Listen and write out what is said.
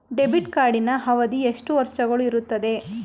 Debit ಕಾರ್ಡಿನ ಅವಧಿ ಎಷ್ಟು ವರ್ಷಗಳು ಇರುತ್ತದೆ?